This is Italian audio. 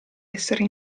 essere